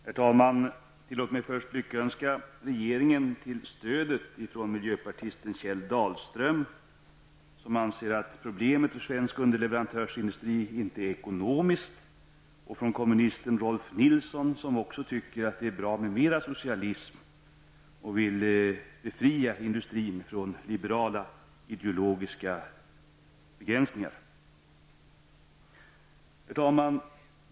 Herr talman! Tillåt mig först lyckönska regeringen till det stöd den fått av miljöpartisten Kjell Dahlström, som anser att problemet för svensk underleverantörsindustri inte är ekonomiskt, och från kommunisten Rolf L Nilson, som tycker att det är bra med mera socialism och vill befria industrin från liberala ideologiska begränsningar. Herr talman!